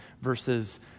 versus